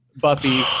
Buffy